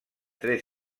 tres